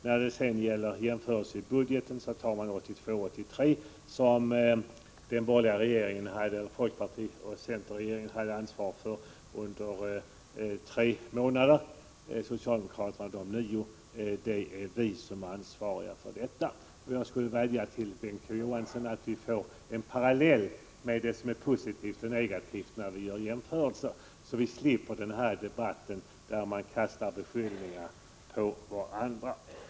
När man gör jämförelser i budgeten tar man budgeten 1982/83 som den borgerliga folkpartioch centerregeringen var ansvarig för under tre månader och socialdemokraterna under nio. Men det är vi som är ansvariga för detta. Jag skulle vilja vädja till Bengt K.Å. Johansson att han gör parallella jämförelser vad gäller positiva och negativa siffror, så vi slipper debatter där man kastar beskyllningar på varandra.